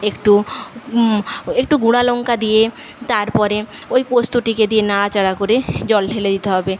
একটু একটু গুঁড়ো লঙ্কা দিয়ে তারপরে ওই পোস্তটিকে দিয়ে নাড়াচাড়া করে জল ঢেলে দিতে হবে